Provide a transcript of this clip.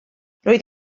roedd